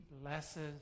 blesses